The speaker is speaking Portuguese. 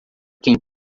quem